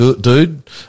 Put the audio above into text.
dude